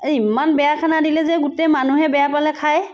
এই ইমান বেয়া খানা দিলে যে গোটেই মানুহে বেয়া পালে খাই